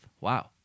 Wow